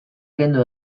kendu